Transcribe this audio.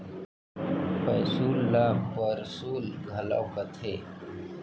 पैसुल ल परसुल घलौ कथें